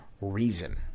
reason